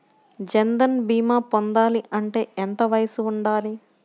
జన్ధన్ భీమా పొందాలి అంటే ఎంత వయసు ఉండాలి?